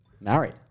Married